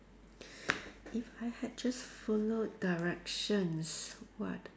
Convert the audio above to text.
if I had just followed directions what